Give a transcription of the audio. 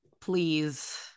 please